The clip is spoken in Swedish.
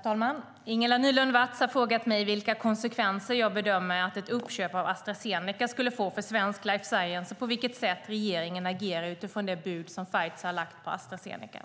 Herr talman! Ingela Nylund Watz har frågat mig vilka konsekvenser jag bedömer att ett uppköp av Astra Zeneca skulle få för svensk life science och på vilket sätt regeringen agerar utifrån det bud som Pfizer har lagt på Astra Zeneca.